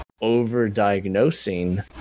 over-diagnosing